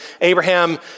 Abraham